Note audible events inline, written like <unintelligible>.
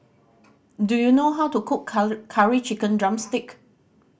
do you know how to cook <unintelligible> Curry Chicken drumstick